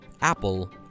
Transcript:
Apple